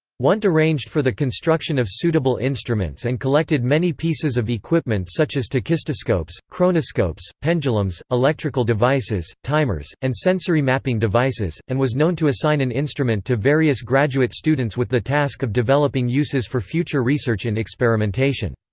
wundt arranged for the construction of suitable instruments and collected many pieces of equipment such as tachistoscopes, chronoscopes, pendulums, electrical devices, timers, and sensory mapping devices, and was known to assign an instrument to various various graduate students with the task of developing uses for future research in experimentation.